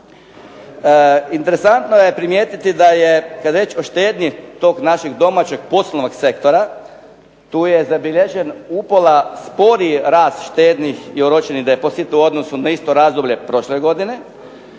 Interesantno je primijetiti da je riječ o štednji tog našeg domaćeg poslovnog sektora. Tu je zabilježen upola sporiji rast štednih i oročenih depozita u odnosu na isto razdoblje prošle godine.